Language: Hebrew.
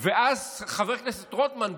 ואז חבר כנסת רוטמן,